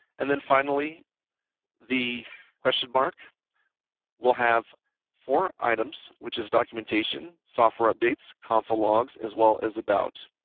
and then finally the question mark will have four items, which is documentation, software updates, console logs as well as about.